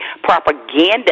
propaganda